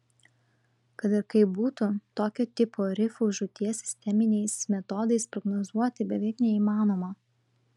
kad ir kaip būtų tokio tipo rifų žūties sisteminiais metodais prognozuoti beveik neįmanoma